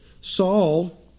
Saul